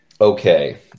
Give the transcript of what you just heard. Okay